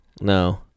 No